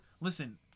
Listen